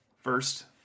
first